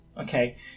okay